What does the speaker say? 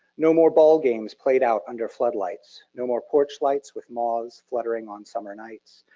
no more ball games played out under floodlights. no more porch lights with moss fluttering on summer nights.